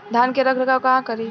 धान के रख रखाव कहवा करी?